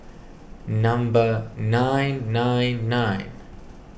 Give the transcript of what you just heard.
number nine nine nine